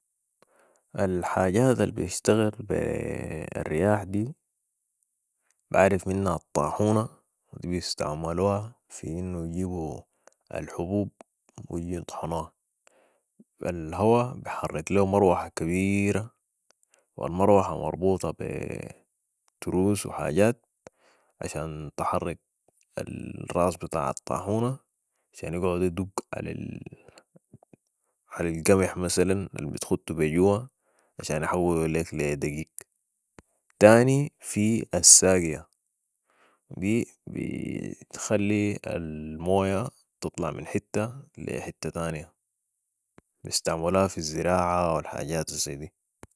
الحاجات البتشتغل بي الرياح دي بعف منها الطاحونة و دي بيستعملوها في انو يجبو الحبوب ويجو يطحنوها و الهوى بيحرك ليو مروحة كبيرة و المروحة مربوطة بي تروس و حاجات عشان تحرك الراس بتاع الطاحونة عشان يدق علي علي القمح مثلاً البتختو بي جوة عشان يحولو ليك لي دقيق تاني في الساقية دي بتخلي الموية تطلع من حتة لي حتة تانية بيستعملوها في الزراعة و الحاجات الزي دي